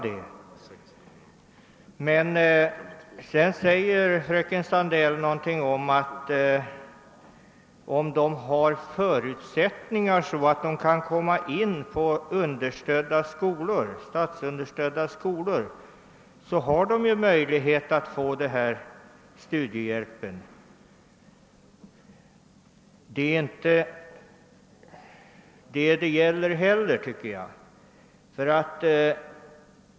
Fröken Sandell sade någonting om att de som har förutsättningar att komma in på statsunderstödda skolor har möjlighet alt få denna studiehjälp. Det är inte heller detta saken gäller.